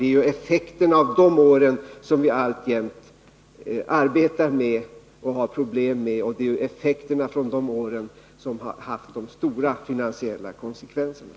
Det är ju effekterna av de åren som vi alltjämt arbetar med och har problem med, och det är utvecklingen under de åren som har haft de stora finansiella konsekvenserna.